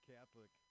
Catholic